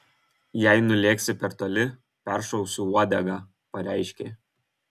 jei nulėksi per toli peršausiu uodegą pareiškė